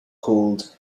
called